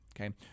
Okay